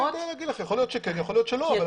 יכול להיות שכן ויכול להיות שלא.